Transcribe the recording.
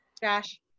Josh